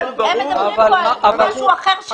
הם מדברים כאן על משהו אחר.